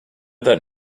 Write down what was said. that